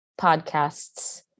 podcasts